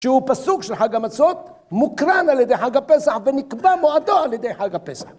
שהוא פסוק של חג המצות, מוקרן על ידי חג הפסח ונקבע מועדו על ידי חג הפסח.